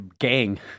gang